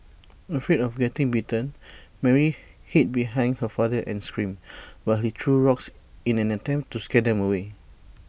afraid of getting bitten Mary hid behind her father and screamed while he threw rocks in an attempt to scare them away